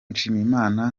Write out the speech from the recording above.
nshimiyimana